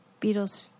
Beatles